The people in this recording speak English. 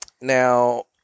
Now